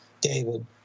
David